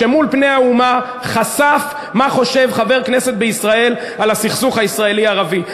שמול פני האומה חשף מה חושב חבר כנסת בישראל על הסכסוך הישראלי ערבי,